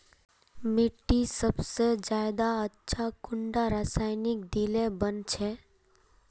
मिट्टी सबसे ज्यादा अच्छा कुंडा रासायनिक दिले बन छै?